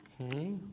Okay